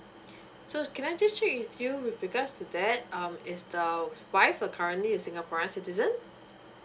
so can I just check with you with regards to that um is the wife a currently a singaporean citizen